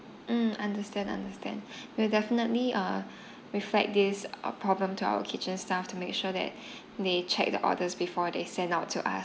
um understand understand we'll definitely uh reflect this our problem to our kitchen staff to make sure that they check the orders before they send out to us